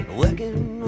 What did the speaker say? working